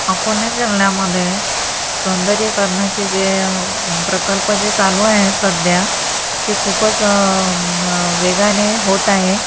अकोला जिल्ह्यामध्ये सौंदर्य करणाचे जे प्रकल्प जे चालू आहे सध्या ते खूपच वेगाने होत आहे